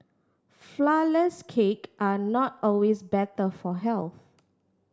flourless cake are not always better for health